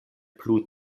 plu